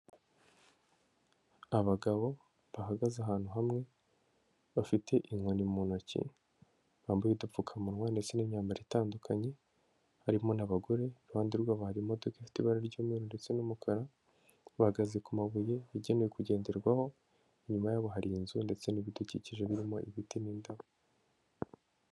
Abagabo bahagaze ahantu hamwe, bafite inkoni mu ntoki. Bambaye udupfukamunwa ndetse n'imyambaro itandukanye, harimo n'abagore. Iruhande rwabo hari imodoka ifite ibara ry'umweru ndetse n'umukara. Bahagaze ku mabuye yagenewe kugenderwaho. Inyuma yabo hari inzu ndetse n'ibidukikije, birimo ibiti n'indabo.